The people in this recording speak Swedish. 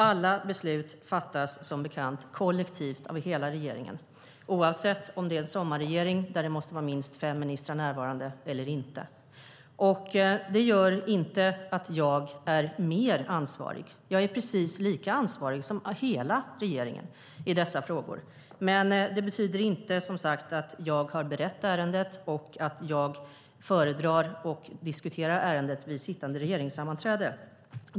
Alla beslut fattas, som bekant, kollektivt av hela regeringen oavsett om det är en sommarregering, där minst fem ministrar måste vara närvarande, eller inte. Det gör inte att jag är mer ansvarig. Jag är precis lika ansvarig som hela regeringen i dessa frågor. Men det betyder inte att jag har berett ärendet och att jag föredrar och diskuterar ärendet vid sittande regeringssammanträde.